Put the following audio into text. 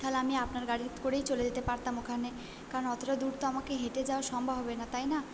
তাহলে আমি আপনার গাড়িত করেই চলে যেতে পারতাম ওখানে কারণ অতোটা দূর তো আমাকে হেঁটে যাওয়া সম্ভব হবে না তাই না